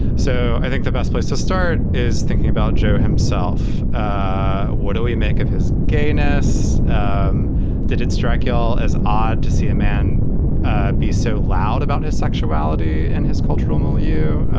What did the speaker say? so i think the best place to start is thinking about joe himself. ah what do we make of his gayness? um did it strike you all as odd to see a man ah be so loud about his sexuality and his cultural move? you.